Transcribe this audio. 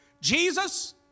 Jesus